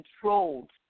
controlled